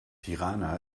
tirana